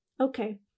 okay